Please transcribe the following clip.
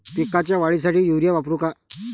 पिकाच्या वाढीसाठी युरिया वापरू का?